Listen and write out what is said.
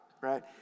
right